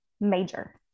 major